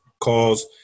calls